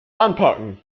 anpacken